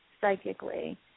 psychically